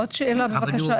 עוד שאלה, בבקשה.